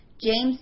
James